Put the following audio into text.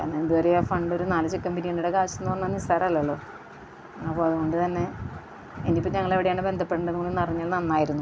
ഇത് വരെ ആ ഫണ്ടൊരു നാല് ചിക്കൻ ബിരിയാണിയുടെ കാശെന്ന് പറഞ്ഞാൽ നിസാരമല്ലല്ലോ അപ്പം അതുകൊണ്ട് തന്നെ എനിക്ക് ഞങ്ങളെവിടെയാണ് ബന്ധപ്പെടേണ്ടതെന്ന് പറഞ്ഞാൽ നന്നായിരുന്നു